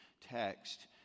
text